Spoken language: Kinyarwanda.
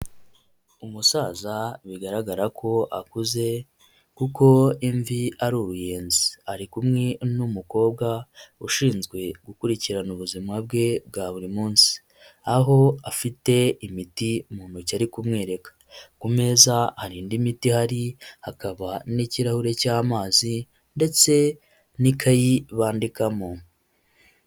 Umusaza bigaragara ko akuze kuko imvi ari uruyenzi ari kumwe n'umukobwa ushinzwe gukurikirana ubuzima bwe bwa buri munsi, aho afite imiti mu ntoki ari kumwereka ku meza hari indi imiti ihari hakaba n'ikirahure cy'amazi ndetse n'ikayi bandikamo.